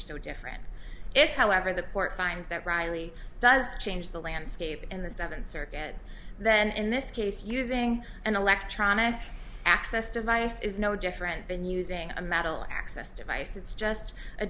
re so different it however the court finds that riley does change the landscape in the second circuit and then in this case using an electronic access device is no different than using a metal access device it's just a